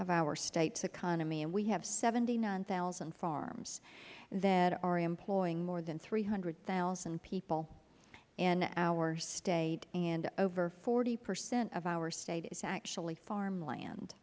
of our state's economy and we have seventy nine thousand farms that are employing more than three hundred zero people in our state and over forty percent of our state is actually farmland